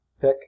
pick